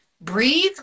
breathe